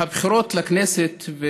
הבחירות לכנסת,